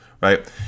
right